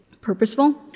purposeful